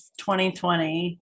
2020